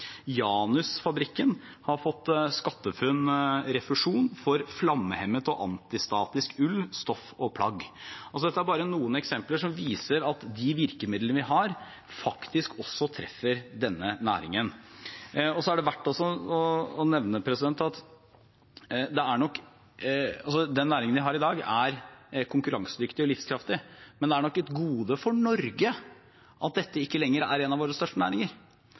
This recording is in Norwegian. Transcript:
Janusfabrikken har fått SkatteFUNN-refusjon for flammehemmende og antistatisk ull, stoff og plagg. Dette er bare noen eksempler som viser at de virkemidlene vi har, faktisk også treffer denne næringen. Den næringen vi har i dag, er konkurransedyktig og livskraftig, men det er nok et gode for Norge at dette ikke lenger er en av våre største næringer.